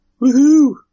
Woohoo